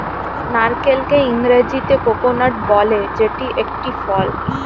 নারকেলকে ইংরেজিতে কোকোনাট বলে যেটি একটি ফল